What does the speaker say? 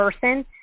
person